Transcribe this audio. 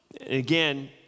again